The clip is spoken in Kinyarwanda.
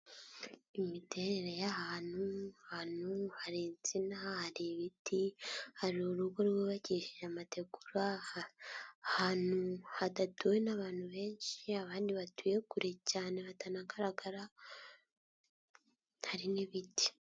Imiterere y'ahantu, ahantu hari insina, hari ibiti, hari urugo rwubakishije amategura, ahantu hadaduwe n'abantu benshi, abandi batuye kure cyane hatanagaragara, hari n'ibiti.